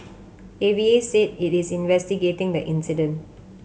A V A said it is investigating the incident